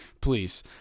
Please